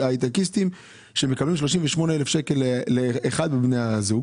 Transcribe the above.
אלה הייטקיסטים שאחד מבני הזוג